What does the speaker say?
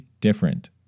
different